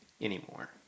anymore